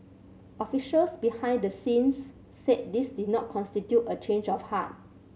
officials behind the scenes said this did not constitute a change of heart